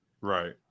Right